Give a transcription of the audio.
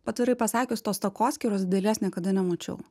atvirai pasakius tos takoskyros didelės niekada nemačiau